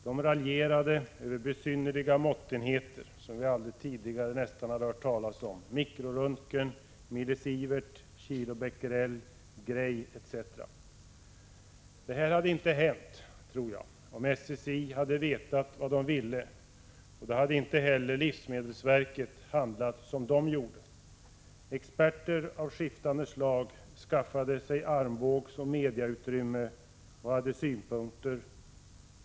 De raljerade över besynnerliga måttenheter som vi nästan aldrig tidigare hade hört talas om: mikroröntgen, millisievert, kilobequerel, gray etc. Detta hade inte hänt, tror jag, om SSI hade vetat vad det ville. Och då hade inte heller livsmedelsverket handlat som det gjorde. Experter av skiftande slag skaffade sig armbågsoch mediautrymme och hade synpunkter.